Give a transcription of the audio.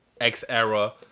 X-era